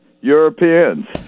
Europeans